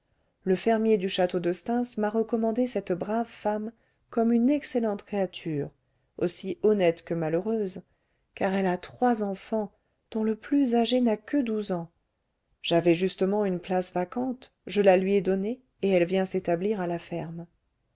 le fermier du château de stains m'a recommandé cette brave femme comme une excellente créature aussi honnête que malheureuse car elle a trois enfants dont le plus âgé n'a que douze ans j'avais justement une place vacante je la lui ai donnée et elle vient s'établir à la ferme